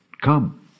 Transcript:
come